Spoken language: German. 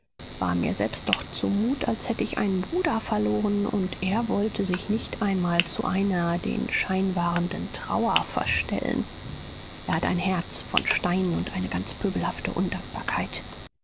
war mir selbst doch zumut als hätte ich einen bruder verloren und er wollte sich nicht einmal zu einer den schein wahrenden trauer verstellen er hat ein herz von stein und eine ganz pöbelhafte undankbarkeit